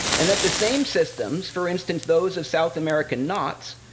and that the same systems, for instance, those of south american knots,